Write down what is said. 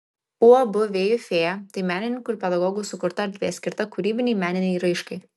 uab vėjų fėja tai menininkų ir pedagogų sukurta erdvė skirta kūrybinei meninei raiškai